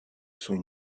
sont